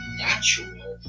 natural